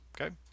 Okay